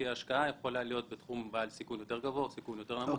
כי ההשקעה יכולה להיות בעלת סיכון יותר גבוה או בעלת סיכון יותר נמוך.